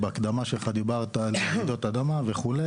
בהקדמה שלך דיברת על רעידות אדמה וכו',